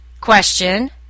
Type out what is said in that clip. question